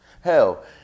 Hell